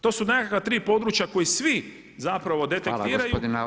To su nekakva tri područja koja svi zapravo detektiraju.